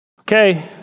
Okay